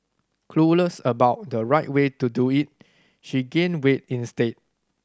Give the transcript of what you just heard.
clueless about the right way to do it she gained weight instead